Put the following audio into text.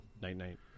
night-night